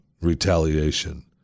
retaliation